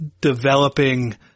developing